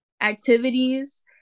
activities